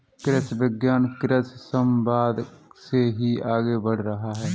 कृषि विज्ञान कृषि समवाद से ही आगे बढ़ रहा है